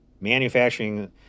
manufacturing